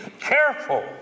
careful